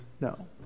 no